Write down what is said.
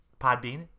Podbean